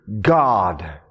God